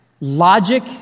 logic